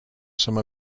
some